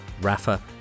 Rafa